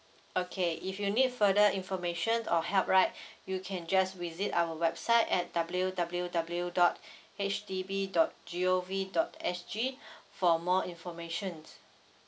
okay if you need further information or help right you can just visit our website at W W W dot H D B dot G O V dot S G for more information